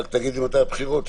רק תגיד לי מתי הבחירות...